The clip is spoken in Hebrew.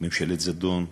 ממשלת זדון,